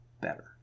better